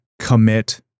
commit